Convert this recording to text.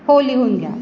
हो लिहून घ्या